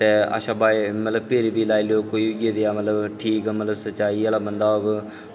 अच्छा फ्ही बी लाई लैओ कोई बी उऐ जेहा मतलब ठीक मतलब सच्चाई आह्ला बंदा होग